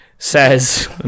...says